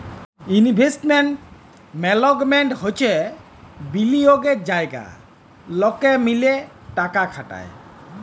investment management হচ্যে বিলিয়গের জায়গা লকে মিলে টাকা খাটায়